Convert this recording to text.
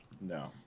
No